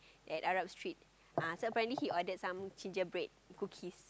and Arab Street so apparently he ordered some ginger bread cookies at Arab Street